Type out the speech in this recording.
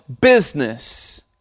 business